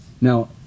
Now